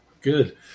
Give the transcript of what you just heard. Good